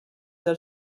del